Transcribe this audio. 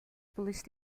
police